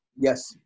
yes